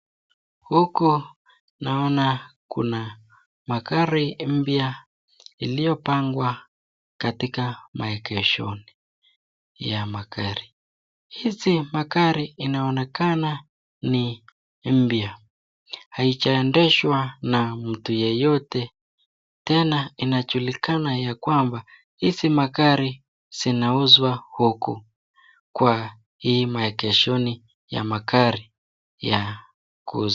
Huku naona kuna magari mpya iliyo pangwa katika maegeshoni ya magari. Hizi magari inaonekana ni mpya. Haijaendeshwa na mtu yeyote. Tena inajulikana ya kwamaba hizi magari zinauzwa huku kwa hii maegeshoni ya magari ya kuuza.